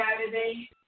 Saturday